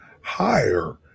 higher